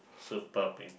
super pain